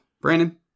Brandon